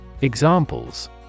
Examples